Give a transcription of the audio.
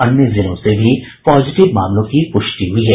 अन्य जिलों से भी पॉजिटिव मामलों की पुष्टि हुई है